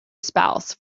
spouse